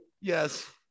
Yes